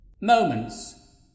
Moments